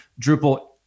Drupal